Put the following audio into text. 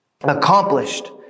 accomplished